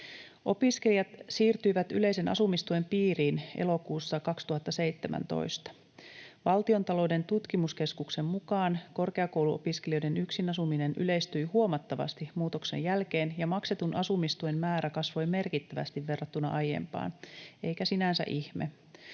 Opiskelijat siirtyivät yleisen asumistuen piiriin elokuussa 2017. Valtiontalouden tutkimuskeskuksen mukaan korkeakouluopiskelijoiden yksin asuminen yleistyi huomattavasti muutoksen jälkeen ja maksetun asumistuen määrä kasvoi merkittävästi verrattuna aiempaan, eikä sinänsä ihme.